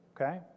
Okay